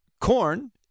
corn